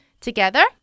Together